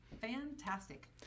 Fantastic